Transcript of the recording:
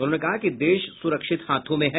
उन्होंने कहा कि देश सुरक्षित हाथों में है